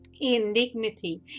indignity